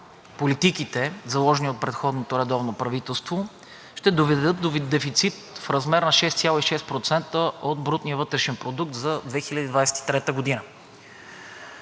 политиките, заложени от предходното редовно правителство, ще доведат до дефицит в размер на 6,6% от брутния вътрешен продукт за 2023 г.